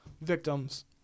victims